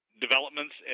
developments